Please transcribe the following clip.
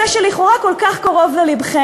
אפילו בנושא שלכאורה כל כך קרוב ללבכם.